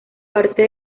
parte